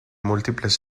múltiples